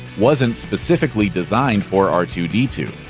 wasn't specifically designed for r two d two.